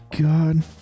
God